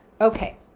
Okay